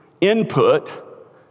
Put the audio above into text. input